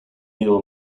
hill